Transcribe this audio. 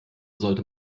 sollte